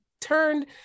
turned